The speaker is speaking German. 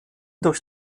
durch